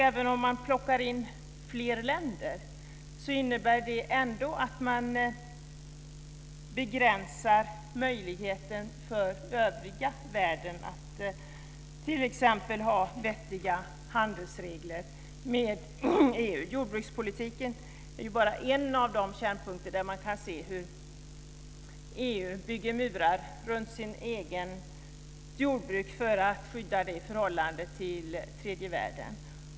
Även om man tar in fler länder begränsar man ändå möjligheterna för övriga världen att ha t.ex. vettiga handelsregler med EU. Jordbrukspolitiken är bara en av de kärnpunkter där man kan se hur EU bygger murar runt sitt eget jordbruk för att skydda det i förhållande till tredje världen.